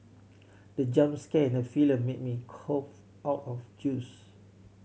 the jump scare in the film made me cough out my juice